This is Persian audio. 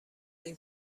این